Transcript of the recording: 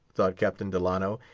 thought captain delano,